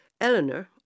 Eleanor